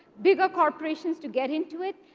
bigger corporations to get into it.